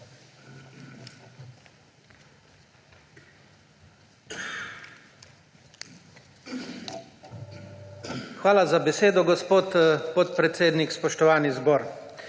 Hvala za besedo, gospod podpredsednik. Spoštovani zbor!